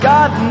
God